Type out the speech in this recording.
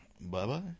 Bye-bye